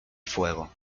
fuego